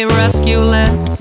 rescueless